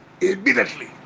immediately